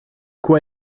quoi